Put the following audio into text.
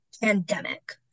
pandemic